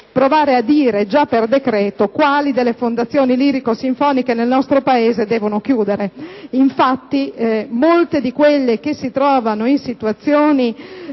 provare a dire già per decreto quali delle fondazioni lirico-sinfoniche nel nostro Paese devono chiudere. Infatti, molte di quelle che si trovano in situazioni